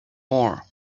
more